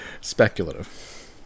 Speculative